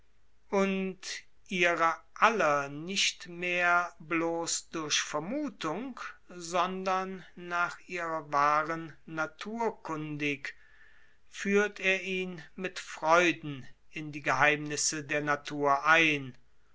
und ihrer aller nicht durch vermuthung sondern nach ihrer wahren natur kundig führt er ihn mit freuden in die geheimnisse der natur ein